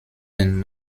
den